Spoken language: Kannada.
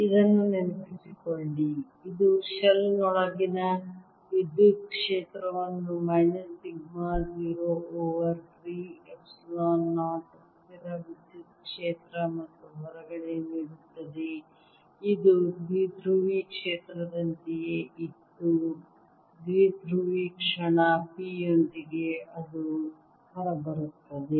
ಇದನ್ನು ನೆನಪಿಸಿಕೊಳ್ಳಿ ಇದು ಶೆಲ್ ನೊಳಗಿನ ವಿದ್ಯುತ್ ಕ್ಷೇತ್ರವನ್ನು ಮೈನಸ್ ಸಿಗ್ಮಾ 0 ಓವರ್ 3 ಎಪ್ಸಿಲಾನ್ 0 ಸ್ಥಿರ ವಿದ್ಯುತ್ ಕ್ಷೇತ್ರ ಮತ್ತು ಹೊರಗಡೆ ನೀಡುತ್ತದೆ ಇದು ದ್ವಿಧ್ರುವಿ ಕ್ಷೇತ್ರದಂತೆಯೇ ಇತ್ತು ದ್ವಿಧ್ರುವಿ ಕ್ಷಣ p ಯೊಂದಿಗೆ ಅದು ಹೊರಬರುತ್ತದೆ